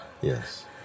Yes